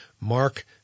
Mark